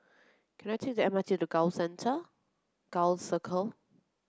can I take the M R T to Gul Center Gul Circle